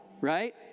right